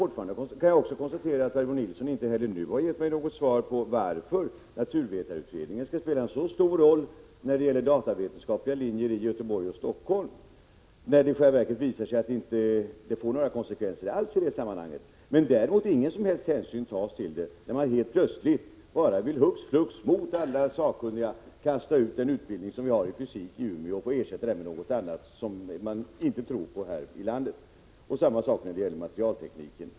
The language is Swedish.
Sedan kan jag konstatera att Barbro Nilsson inte heller nu svarar på min fråga varför naturvetarutredningen skall spela så stor roll när det gäller datavetenskapliga linjer i Göteborg och Stockholm, när det i själva verket visar sig att den inte får några konsekvenser alls i det här sammanhanget. Däremot tas ingen som helst hänsyn till den när man plötsligt hux flux går mot alla sakkunniga och kastar ut en utbildning i fysik i Umeå, som ersätts med något annat som ingen tror på här i landet. Samma sak gäller den materialtekniska linjen.